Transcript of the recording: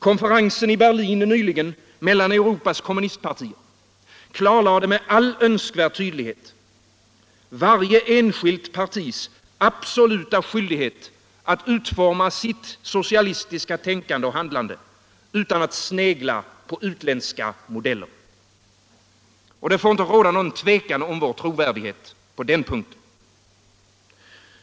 Konferensen i Berlin nyligen mellan Europas kommunistpartier klarlade med all önskvärd tydlighet varje enskilt partis absoluta skyldighet att utforma sitt socialistiska tänkande och handlande utan att snegla på utländska modeller. Det får inte råda något tvivel om vår trovärdighet på den punkten.